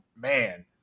man